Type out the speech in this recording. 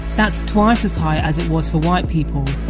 that's twice as high as it was for white people,